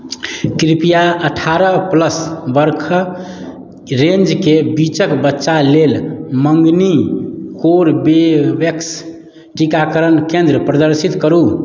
कृपया अठारह प्लस बरखक रेंजके बीचक बच्चा लेल मँगनी कोरबेवेक्स टीकाकरण केन्द्र प्रदर्शित करू